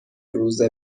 روز